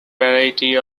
variety